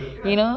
you know